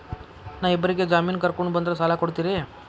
ನಾ ಇಬ್ಬರಿಗೆ ಜಾಮಿನ್ ಕರ್ಕೊಂಡ್ ಬಂದ್ರ ಸಾಲ ಕೊಡ್ತೇರಿ?